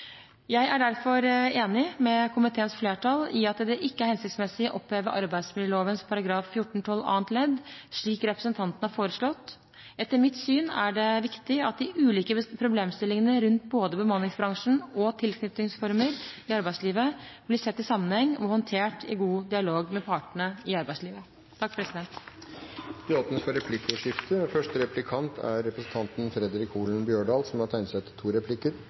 Jeg er derfor enig med komiteens flertall i at det ikke er hensiktsmessig å oppheve arbeidsmiljøloven § 14-12 andre ledd, slik representantene har foreslått. Etter mitt syn er det viktig at de ulike problemstillingene rundt både bemanningsbransjen og tilknytningsformer i arbeidslivet blir sett i sammenheng og håndtert i god dialog med partene i arbeidslivet. Det åpnes for replikkordskifte. Takk til statsråden for eit interessant innlegg. Arbeidarpartiet vil heller ikkje oppheve paragrafen, som